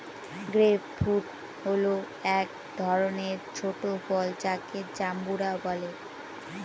grape fruit হল এক ধরনের ছোট ফল যাকে জাম্বুরা বলে